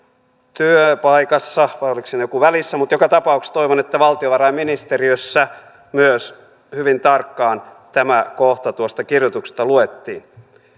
työpaikassa vai oliko siinä joku välissä mutta joka tapauksessa toivon että valtiovarainministeriössä myös hyvin tarkkaan tämä kohta tuosta kirjoituksesta luettiin